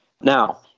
Now